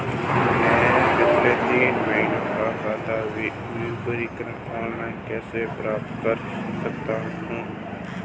मैं पिछले तीन महीनों का खाता विवरण ऑनलाइन कैसे प्राप्त कर सकता हूं?